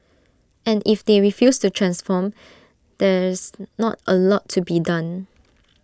and if they refuse to transform there's not A lot to be done